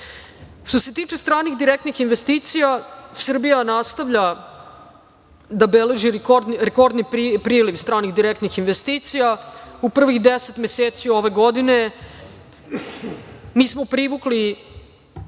se tiče stranih direktnih investicija, Srbija nastavlja da beleži rekordni priliv stranih direktnih investicija. U prvih 10 meseci ove godine mi smo privukli